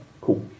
Cool